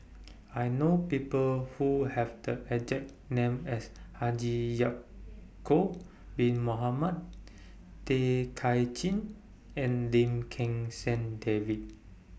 I know People Who Have The exact name as Haji Ya'Acob Bin Mohamed Tay Kay Chin and Lim Kim San David